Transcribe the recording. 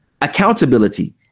accountability